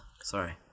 sorry